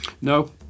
No